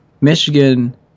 Michigan